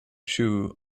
shoe